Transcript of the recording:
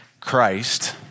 Christ